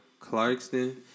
Clarkston